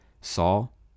Saul